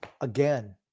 Again